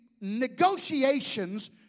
negotiations